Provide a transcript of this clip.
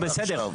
בסדר.